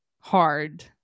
hard